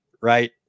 right